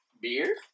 Beer